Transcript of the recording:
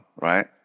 right